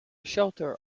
shelter